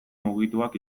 mugituak